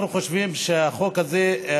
אנחנו חושבים שהחוק הזה,